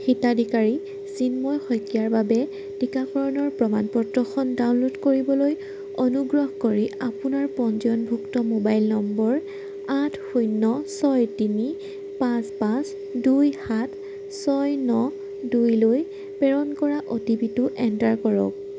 হিতাধিকাৰী চিন্ময় শইকীয়াৰ বাবে টীকাকৰণৰ প্ৰমাণপত্ৰখন ডাউনলোড কৰিবলৈ অনুগ্ৰহ কৰি আপোনাৰ পঞ্জীয়নভুক্ত মোবাইল নম্বৰ আঠ শূন্য ছয় তিনি পাঁচ পাঁচ দুই সাত ছয় ন দুইলৈ প্ৰেৰণ কৰা অ' টি পি টো এণ্টাৰ কৰক